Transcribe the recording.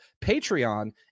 Patreon